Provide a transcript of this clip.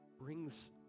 brings